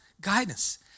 guidance